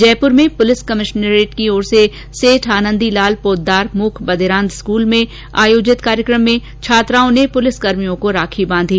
जयपुर में police commissionerate की ओर से सेठ आनन्दी लाल पोददार मूक बधिरांध स्कूल में आयोजित कार्यक्रम में छात्राओं ने पुलिसकर्मियों को राखी बांधी